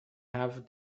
have